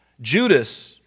Judas